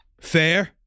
fair